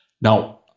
now